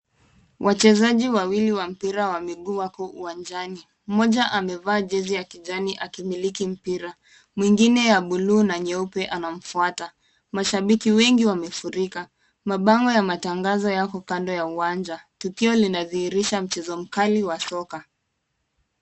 Wachezaji wawili wa mpira wa miguu wapo uwanjani, mmoja amevaa jezi ya kijani akimiliki mpira mwingine ya blue na nyeupe anamfuata. Mashabiki wengi wamefurika mabango ya matangazo yako kando ya uwanja tukio linadhihirisha mchezo mkali wa soka.